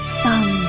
sun